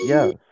Yes